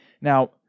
now